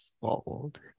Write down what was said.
fold